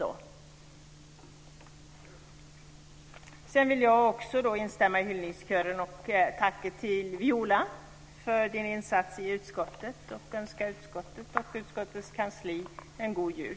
Jag vill instämma i hyllningskören och tacka Viola för din insats i utskottet, och jag önskar utskottet och utskottets kansli en god jul.